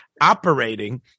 operating